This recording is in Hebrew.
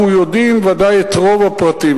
אנחנו יודעים ודאי את רוב הפרטים.